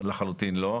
לחלוטין לא,